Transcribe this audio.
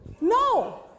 No